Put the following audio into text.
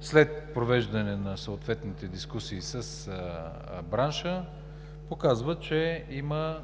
след провеждане на съответните дискусии с бранша показват, че има